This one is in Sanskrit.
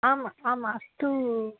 आम्म आम्म अस्तु